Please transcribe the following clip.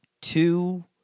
two